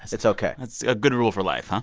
it's ok that's a good rule for life, um